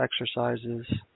exercises